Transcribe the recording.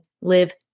Live